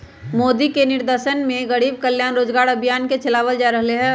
मोदी के निर्देशन में गरीब कल्याण रोजगार अभियान के चलावल जा रहले है